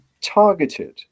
targeted